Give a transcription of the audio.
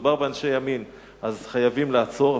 כשמדובר באנשי ימין אז חייבים לעצור,